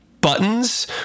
Buttons